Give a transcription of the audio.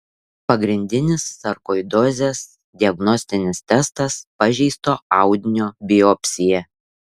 pagrindinis sarkoidozės diagnostinis testas pažeisto audinio biopsija